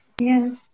yes